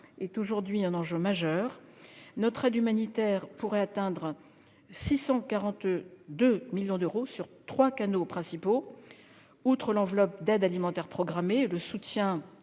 est aujourd'hui un enjeu majeur. Notre aide humanitaire pourrait atteindre 642 millions d'euros au travers de trois canaux principaux : outre l'enveloppe d'aide alimentaire programmée et le soutien